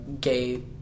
gay